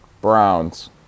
Browns